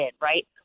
right